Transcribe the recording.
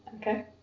Okay